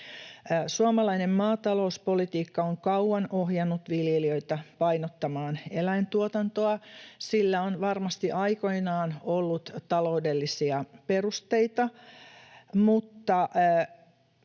Suomalainen maatalouspolitiikka on kauan ohjannut viljelijöitä painottamaan eläintuotantoa. Sillä on varmasti aikoinaan ollut taloudellisia perusteita, mutta